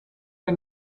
der